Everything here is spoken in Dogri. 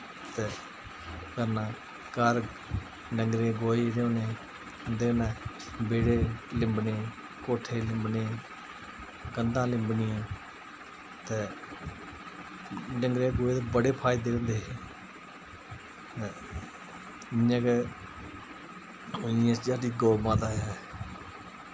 ते करना घर डंगरें दे गोहे होने ओह्दे न बेह्ड़े लिम्बने कोट्ठे लिम्बने कंधां लिम्बनियां ते डंगरें दे गोहे दे बड़े फायदे होंदे इ'यां गै जेह्ड़ी गौ माता ऐ